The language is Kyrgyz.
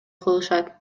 кылышат